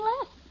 left